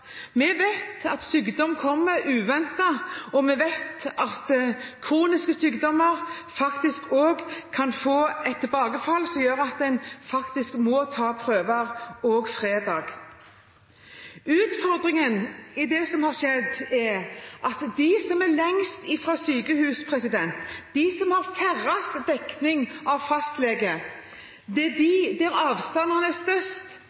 få tilbakefall som gjør at en må ta prøver også på en fredag. Utfordringen i det som har skjedd, er at de som er lengst fra sykehus, de som har dårligst dekning av fastlege, og de som har størst